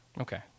Okay